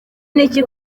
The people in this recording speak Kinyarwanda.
niki